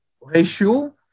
ratio